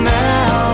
now